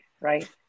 right